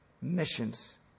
Missions